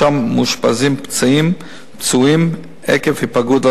שם מאושפזים פצועים עקב היפגעות,